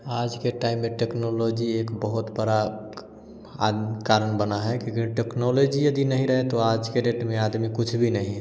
आज के टाइम में टेक्नोलॉजी एक बहुत बड़ा आन कारण बना है क्योंकि टेक्नोलॉजी यदि नहीं रहे तो आज के डेट में आदमी कुछ भी नहीं